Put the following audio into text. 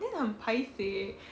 then 很 paiseh eh